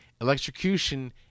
electrocution